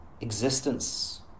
existence